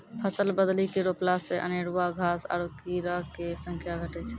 फसल बदली के रोपला से अनेरूआ घास आरु कीड़ो के संख्या घटै छै